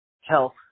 health